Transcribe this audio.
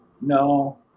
no